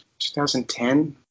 2010